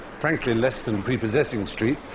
frankly less than prepossessing street,